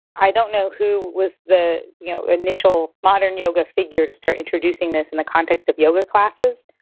i don't know who was the you know initial modern yoga figure to start introducing this in the context of yoga classes,